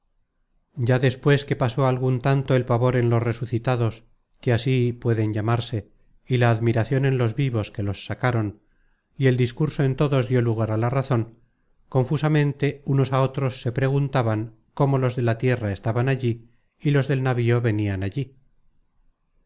ya despues que pasó algun tanto el pavor en los resucitados que así pueden llamarse y la admiracion en los vivos que los sacaron y el discurso en todos dió lugar á la razon confusamente unos a otros se preguntaban cómo los de la tierra estaban allí y los del navío venian allí